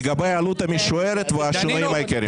לגבי העלות המשוערת והשינויים העיקריים.